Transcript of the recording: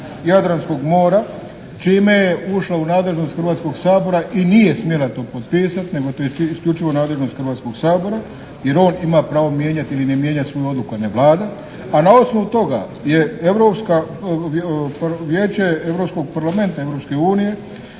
Jadranskog mora.", čime je ušla u nadležnost Hrvatskog sabora i nije smjela to potpisati, nego to je isključivo nadležnost Hrvatskog sabora. Jer on ima pravo mijenjati ili ne mijenjati svoju odluku, a ne Vlada. A na osnovu toga je Europsko vijeće, Vijeće Europskog parlamenta Europske unije